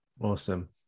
awesome